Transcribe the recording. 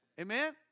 Amen